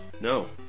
no